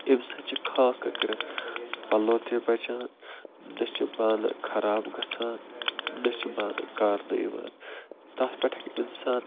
اَمہِ سۭتۍ چھِ خاص کر کٔرِتھ پَلو تہِ بَچان نہٕ چھِ بانہٕ خراب گژھان نہٕ چھِ بانہٕ کارنہٕ یِوان تتھ پٮ۪ٹھ ہیٚکہِ اِنسان